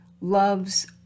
loves